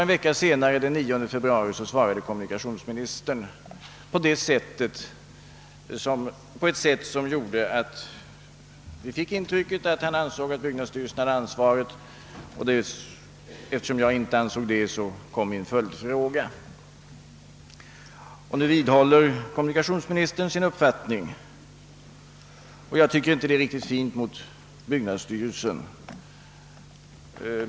En vecka senare, den 9 februari, svarade kommunikationsministern på ett sätt som gav intrycket att han ansåg att byggnadsstyrelsen hade ansvaret. Eftersom jag inte var av samma mening framställde jag min följdfråga. Kommunikationsministern vidhåller nu sin uppfattning, och det tycker jag inte är riktigt fint mot byggnadsstyrelsen.